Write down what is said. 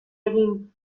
egin